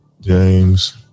James